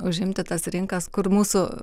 užimti tas rinkas kur mūsų